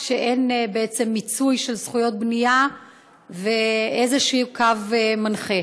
כאשר אין בעצם מיצוי של זכויות בנייה ואיזשהו קו מנחה.